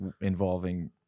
involving